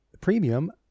premium